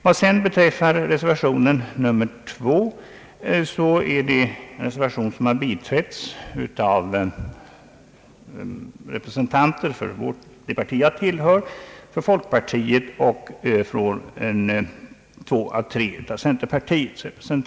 Vad beträffar reservationen nr 2 har denna biträtts av representanter för det parti jag tillhör, för folkpartiet och av två av tre av centerpartiets medlemmar.